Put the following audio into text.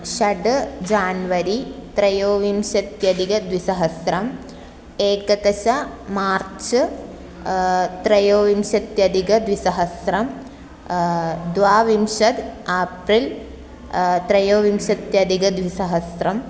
षड् जान्वरि त्रयोविंशत्यधिकद्विसहस्रम् एकादश मार्च् त्रयोविंशत्यधिकद्विसहस्रम् द्वाविंशत् आप्रिल् त्रयोविंशत्यधिकद्विसहस्रम्